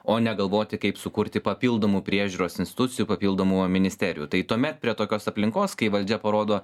o ne galvoti kaip sukurti papildomų priežiūros institucijų papildomų ministerijų tai tuomet prie tokios aplinkos kai valdžia parodo